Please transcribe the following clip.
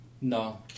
No